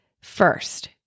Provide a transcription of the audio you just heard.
First